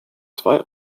zwei